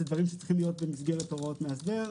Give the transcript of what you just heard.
אלה דברים שצריכים להיות במסגרת הוראות מאסדר.